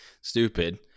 stupid